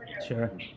Sure